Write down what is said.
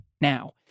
now